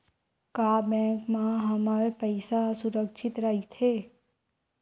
का बैंक म हमर पईसा ह सुरक्षित राइथे?